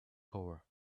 power